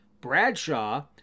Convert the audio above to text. Bradshaw